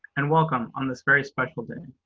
and welcome on this very special day.